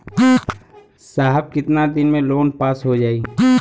साहब कितना दिन में लोन पास हो जाई?